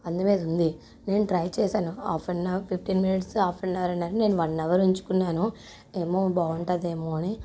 అందు మీద ఉంది నేను ట్రై చేశాను half an hour fifteen minutes half an hour అన్నారు నేను వన్ అవర్ ఉంచుకున్నాను ఏమో బావుంటాదేమో అని